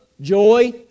joy